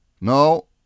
No